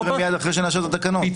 זה מה שיקרה מיד אחרי שנאשר את התקנות.